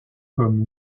comme